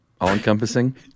all-encompassing